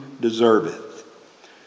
deserveth